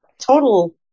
total